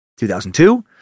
2002